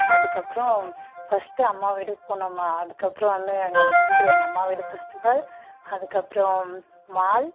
அதற்கப்றம் ஃபர்ஸ்ட்டு அம்மா வீட்டுக்கு போனோமா அதற்கப்றம் வந்து அங்கே எனக்கு பிடிச்சது எங்கள் அம்மா வீடு ஃபர்ஸ்ட் ஆஃப் ஆல் அதற்கப்றம் மால்